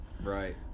Right